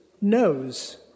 knows